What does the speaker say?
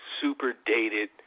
super-dated